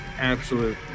absolute